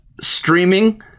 streaming